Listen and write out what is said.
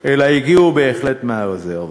אלא הגיעו בהחלט מהרזרבה.